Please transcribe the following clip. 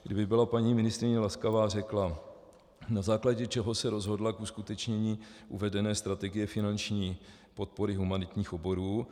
Kdyby byla paní ministryně laskavá a řekla, na základě čeho se rozhodla k uskutečnění uvedené strategie finanční podpory humanitních oborů.